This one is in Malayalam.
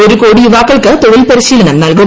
ഒരു കോടി യുവാക്കൾക്ക് തൊഴിൽ പരിശീലനം നൽകും